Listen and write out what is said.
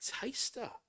taster